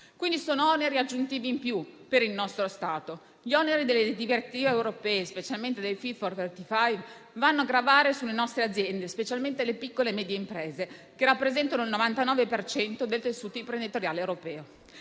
quindi oneri aggiuntivi in più per il nostro Paese. Gli oneri delle direttive europee, specialmente quelli del pacchetto Fit for 55, vanno a gravare sulle nostre aziende, specialmente le piccole e medie imprese che rappresentano il 99 per cento del tessuto imprenditoriale europeo.